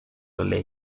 ley